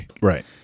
Right